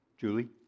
Julie